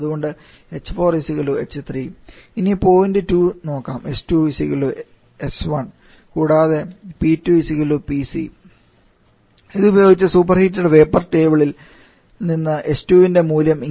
അതുകൊണ്ട് h4 h3 ഇനി point 2 നോക്കാം s2 s1 കൂടാതെ P2 PC ഇതുപയോഗിച്ച് സൂപ്പർഹീറ്റ്ഡ് വേപ്പർ ടേബിളിൽ നിന്ന് h2 ൻറെ മൂല്യം 275